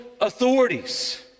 authorities